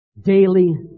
Daily